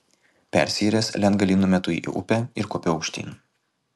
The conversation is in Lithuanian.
persiyręs lentgalį numetu į upę ir kopiu aukštyn